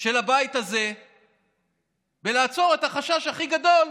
של הבית הזה לעצור את החשש הכי גדול,